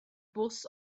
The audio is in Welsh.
bws